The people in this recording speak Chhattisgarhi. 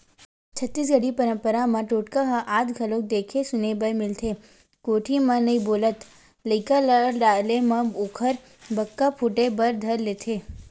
छत्तीसगढ़ी पंरपरा म टोटका ह आज घलोक देखे सुने बर मिलथे कोठी म नइ बोलत लइका ल डाले म ओखर बक्का फूटे बर धर लेथे